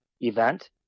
event